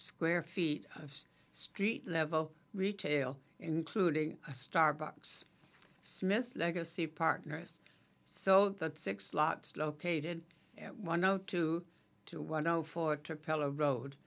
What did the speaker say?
square feet of street level retail including a starbucks smith legacy partners so that six slots located at one o two two one o four to pella road